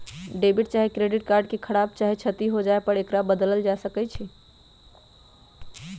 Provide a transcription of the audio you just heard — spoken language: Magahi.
डेबिट चाहे क्रेडिट कार्ड के खराप चाहे क्षति हो जाय पर एकरा बदल सकइ छी